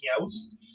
else